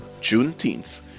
Juneteenth